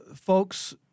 folks